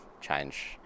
change